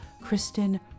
Kristen